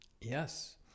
Yes